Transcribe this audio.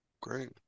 great